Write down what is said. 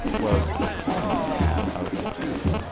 was the calmer man of the two.